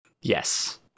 yes